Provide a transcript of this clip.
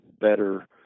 better